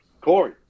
Corey